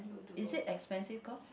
is it expensive course